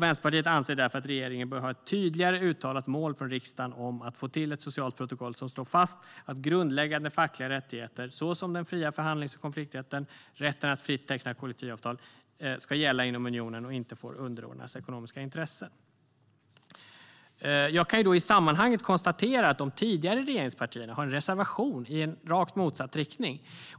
Vänsterpartiet anser därför att regeringen bör ha ett tydligare uttalat mål från riksdagen om att få till ett socialt protokoll som slår fast att grundläggande fackliga rättigheter, såsom den fria förhandlings och konflikträtten samt rätten att fritt teckna kollektivavtal, ska gälla inom unionen och inte får underordnas ekonomiska intressen. I sammanhanget kan jag konstatera att de tidigare regeringspartierna har en reservation i rakt motsatt riktning.